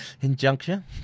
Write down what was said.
injunction